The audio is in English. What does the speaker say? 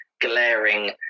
glaring